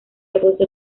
agosto